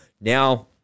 Now